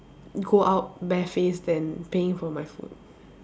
go out barefaced than paying for my food